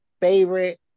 Favorite